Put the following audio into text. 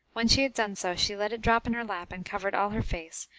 when she had done so, she let it drop in her lap and covered all her face,